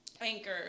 Anchor